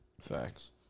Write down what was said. Facts